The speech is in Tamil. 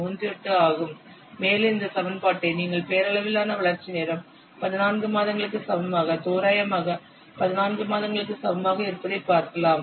38 ஆகும் மேலும் இந்த சமன்பாட்டை நீங்கள் பெயரளவிலான வளர்ச்சி நேரம் 14 மாதங்களுக்கு சமமாக தோராயமாக 14 மாதங்களுக்கு சமமாக இருப்பதை பார்க்கிறோம்